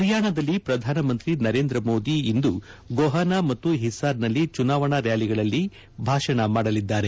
ಹರಿಯಾಣದಲ್ಲಿ ಪ್ರಧಾನಮಂತ್ರಿ ನರೇಂದ್ರ ಮೋದಿ ಇಂದು ಗೊಹಾನಾ ಮತ್ತು ಹಿಸಾರ್ನಲ್ಲಿ ಚುನಾವಣಾ ರ್್ಯಾಲಿಗಳಲ್ಲಿ ಭಾಷಣ ಮಾಡಲಿದ್ದಾರೆ